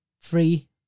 free